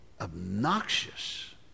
obnoxious